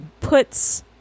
puts